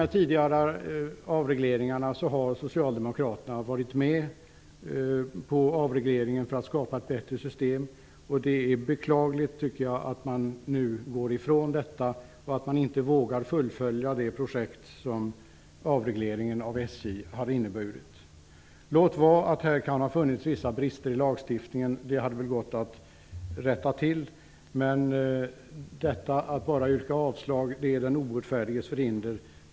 I de tidigare avregleringarna har Socialdemokraterna varit med om dessa för att skapa ett bättre system, och det är beklagligt att de nu går ifrån detta och inte vågar fullfölja det projekt som avregleringen av SJ hade inneburit. Låt vara att det kan ha funnits vissa brister i lagstiftningen, men de hade gått att rätta till. Detta att bara yrka avslag är den obotfärdiges förhinder.